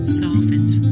softens